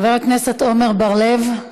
חבר הכנסת עמר בר-לב,